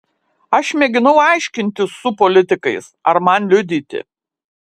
aš mėginau aiškintis su politikais ar man liudyti